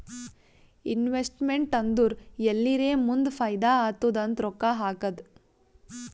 investment ಅಂದುರ್ ಎಲ್ಲಿರೇ ಮುಂದ್ ಫೈದಾ ಆತ್ತುದ್ ಅಂತ್ ರೊಕ್ಕಾ ಹಾಕದ್